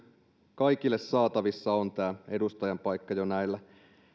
kaikille saatavissa on tämä edustajan paikka jo näillä